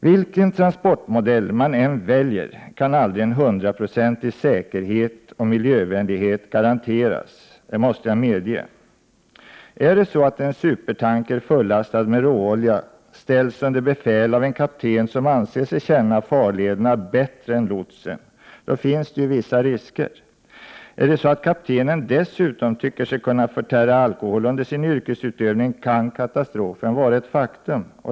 Vilken transportmodell man än väljer kan aldrig en hundraprocentig säkerhet och miljövänlighet garanteras — det måste jag medge. Är det så att en supertanker fullastad med råolja ställs under befäl av en kapten som anser sig känna farlederna bättre än lotsen, finns det ju vissa risker. Är det så att kaptenen dessutom tycker sig kunna förtära alkohol under sin yrkesutövning, kan katastrofen vara ett faktum.